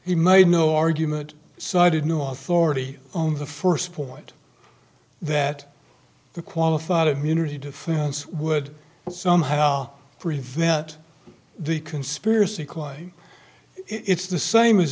he made no argument cited no authority on the st point that the qualified immunity defense would somehow prevent the conspiracy claim it's the same as